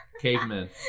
Cavemen